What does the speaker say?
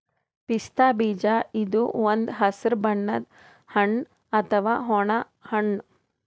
ಪಿಸ್ತಾ ಬೀಜ ಇದು ಒಂದ್ ಹಸ್ರ್ ಬಣ್ಣದ್ ಹಣ್ಣ್ ಅಥವಾ ಒಣ ಹಣ್ಣ್